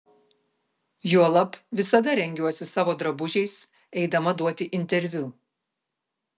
juolab visada rengiuosi savo drabužiais eidama duoti interviu